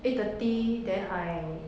eight thirty then I